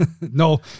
No